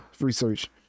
research